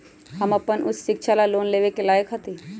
हम अपन उच्च शिक्षा ला लोन लेवे के लायक हती?